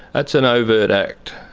that's an overt act.